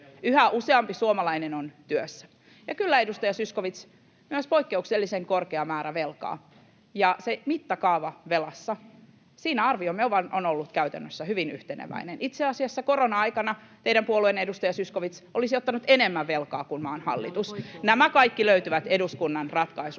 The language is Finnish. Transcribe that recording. Ja velkaantuminen!] — Ja kyllä, edustaja Zyskowicz, myös poikkeuksellisen korkea määrä velkaa, ja se mittakaava velassa, siinä arviomme on ollut käytännössä hyvin yhteneväinen. Itse asiassa korona-aikana teidän puolueenne, edustaja Zyskowicz, olisi ottanut enemmän velkaa kuin maan hallitus. Nämä kaikki löytyvät eduskunnan ratkaisuista.